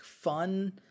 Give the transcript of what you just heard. fun